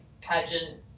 pageant